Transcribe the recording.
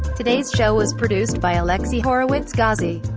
today's show was produced by alexi horowitz-ghazi.